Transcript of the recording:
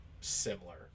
similar